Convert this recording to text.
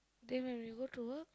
then when we go to work